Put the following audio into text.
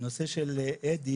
בנושא של אדי